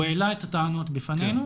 הוא העלה את הטענות בפנינו,